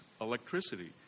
electricity